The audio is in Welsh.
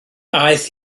aeth